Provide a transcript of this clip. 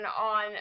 on